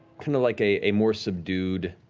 kind of like a more subdued